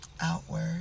outward